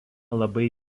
labai